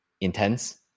intense